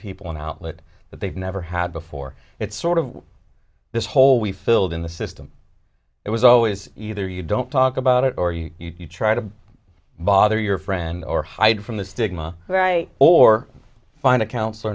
people an outlet that they've never had before it's sort of this whole we filled in the system it was always either you don't talk about it or you try to bother your friend or hide from the stigma right or find a counsellor